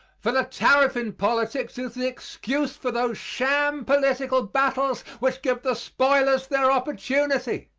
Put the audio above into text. for the tariff in politics is the excuse for those sham political battles which give the spoilers their opportunity.